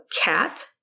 cat